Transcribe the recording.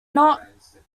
not